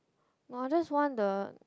no just want the